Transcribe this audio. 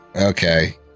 Okay